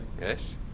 Yes